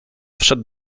wszedł